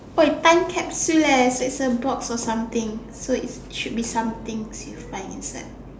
!oi! time capsule eh so it's a box of something so it should be some things you find inside